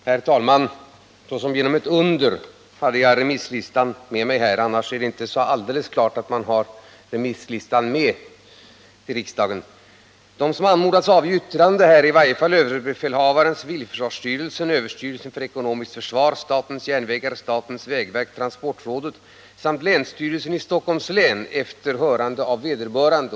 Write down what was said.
Herr talman! Såsom genom ett under hade jag remisslistan med mig. I allmänhet är det inte alldeles klart att man har remisslistan med sig till kammaren. I varje fall är de som anmodats att avge yttrande överbefälhavaren, civilförsvarsstyrelsen, överstyrelsen för ekonomiskt försvar, statens järnvägar, statens vägverk, transportrådet och länsstyrelsen i Stockholms län efter hörande av vederbörande.